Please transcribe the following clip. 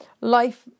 life